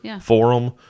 forum